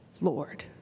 Lord